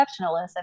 exceptionalism